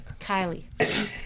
Kylie